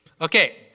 Okay